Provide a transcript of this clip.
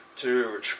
Two